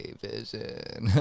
vision